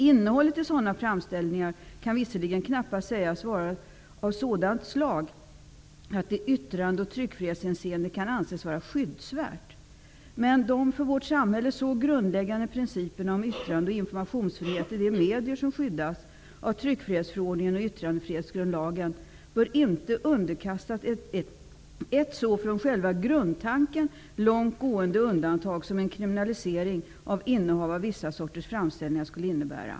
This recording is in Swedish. Innehållet i sådana framställningar kan visserligen knappast sägas vara av sådant slag att det i yttrande och tryckfrihetshänseende kan anses vara skyddsvärt, men de för vårt samhälle så grundläggande principerna om yttrande och informationsfriheten i de medier som skyddas av Yttrandefrihetsgrundlagen bör inte underkastas ett så från själva grundtanken långt gående undantag som en kriminalisering av innehav av vissa sorters framställningar skulle innebära.